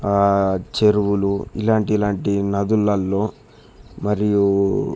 చెరువులు ఇలాంటి ఇలాంటి నదులలో మరియు